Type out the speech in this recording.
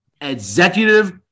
executive